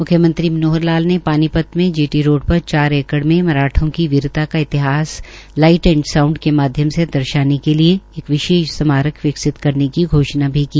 म्ख्यमंत्री श्री मनोहर लाल ने पानीपत में जीटी रोड पर चार एकड़ में मराठों की वीरता का इतिहास लाईट एंड साउंड के माध्यम से दर्शाने के लिए एक विशेष स्मारक विकसित करने की घोषणा की